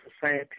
society